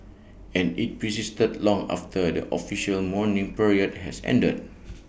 and IT persisted long after the official mourning period has ended